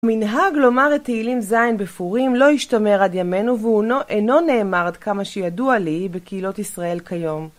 מנהג לומר את תהילים ז' בפורים, לא השתמר עד ימינו והוא אינו נאמר עד כמה שידוע לי, בקהילות ישראל כיום.